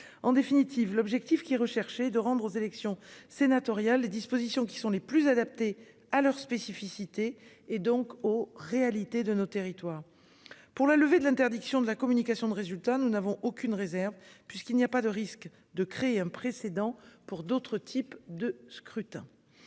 En définitive, l'objectif qui est recherché de rendre aux élections sénatoriales. Les dispositions qui sont les plus adaptés à leurs spécificités et donc aux réalités de nos territoires pour la levée de l'interdiction de la communication de résultats, nous n'avons aucune réserve puisqu'il n'y a pas de risque de créer un précédent pour d'autres types de scrutin